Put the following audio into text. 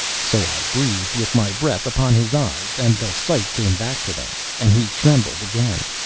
so i breathed with my breath upon his eyes, and the sight came back to them, and he trembled again,